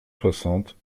soixante